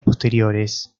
posteriores